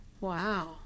Wow